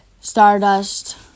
Stardust